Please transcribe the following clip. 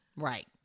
right